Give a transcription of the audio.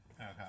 okay